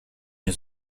nie